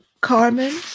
Carmen